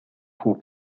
faut